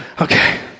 Okay